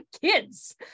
kids